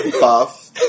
buff